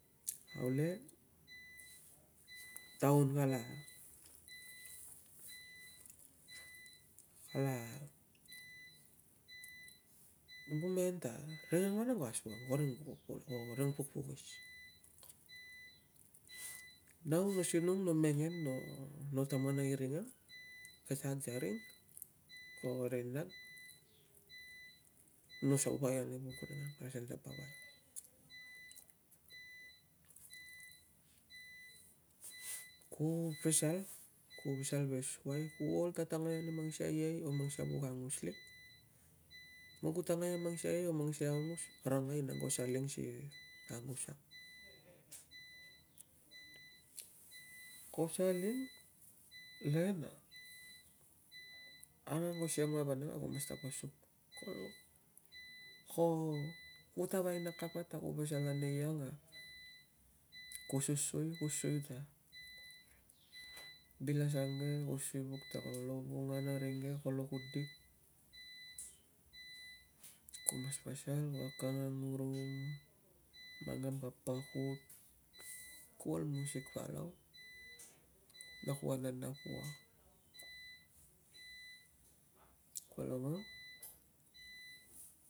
Au le, taun kala, kala